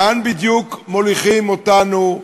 לאן בדיוק מוליכים אותנו?